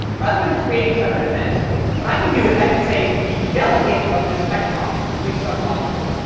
rather than creating separate events what i can do is i can say the delegate of this text box will be some object.